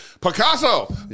Picasso